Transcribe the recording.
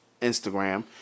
Instagram